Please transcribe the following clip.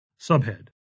Subhead